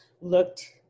looked